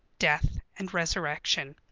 death, and resurrection.